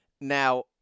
Now